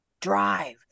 drive